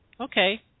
Okay